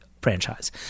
franchise